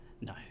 No